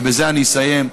ובזה אני אסיים,